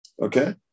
Okay